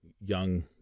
young